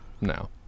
No